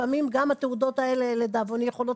לפעמים גם התעודות האלה לדאבוני יכולות